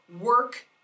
work